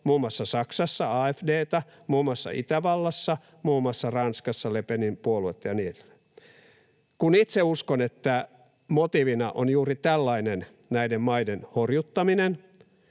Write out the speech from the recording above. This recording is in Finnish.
muun muassa Saksassa AfD:tä, muun muassa Itävallassa, muun muassa Ranskassa Le Penin puoluetta, ja niin edelleen. Kun itse uskon, että motiivina on juuri tällainen näiden maiden horjuttaminen,